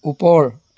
ওপৰ